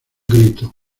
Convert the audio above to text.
grito